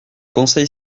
conseil